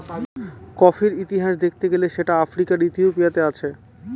কফির ইতিহাস দেখতে গেলে সেটা আফ্রিকার ইথিওপিয়াতে আছে